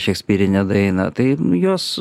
šekspyriną daina tai jos